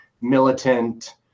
militant